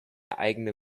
eigene